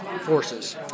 forces